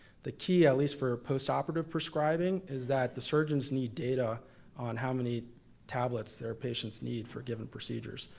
the key, at least for post-operative prescribing, is that the surgeons need data on how many tablet their patients need for given procedures.